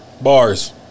Bars